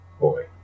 Boy